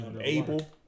able